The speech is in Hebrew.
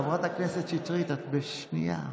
חברת הכנסת שטרית, שנייה.